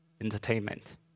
entertainment